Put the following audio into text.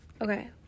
Okay